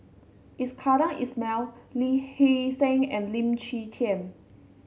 Iskandar Ismail Lee Hee Seng and Lim Chwee Chian